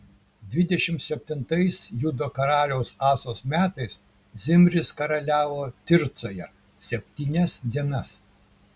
dvidešimt septintais judo karaliaus asos metais zimris karaliavo tircoje septynias dienas